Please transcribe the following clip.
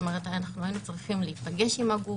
כלומר היינו צריכים להיפגש עם הגוף,